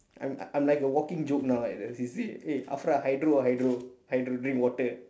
I am I am like a walking joke now like in the C_C_A eh afra hydro ah hydro hydro drink water